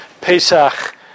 Pesach